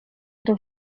doch